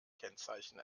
kennzeichen